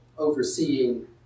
Overseeing